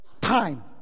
time